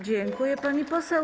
Dziękuję, pani poseł.